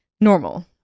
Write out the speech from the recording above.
normal